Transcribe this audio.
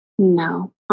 no